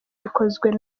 rikozwe